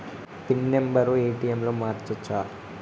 Pin number ATM లో మార్చచ్చా?